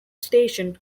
station